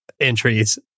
entries